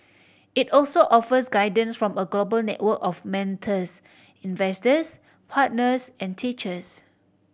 it also offers guidance from a global network of mentors investors partners and teachers